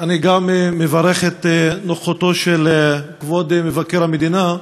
אני גם מברך על נוכחותו של כבוד מבקר המדינה.